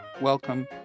welcome